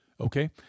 okay